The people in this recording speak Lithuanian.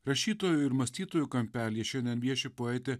rašytojų ir mąstytojų kampelyje šiandien vieši poetė